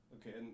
Okay